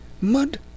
mud